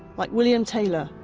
like william taylor,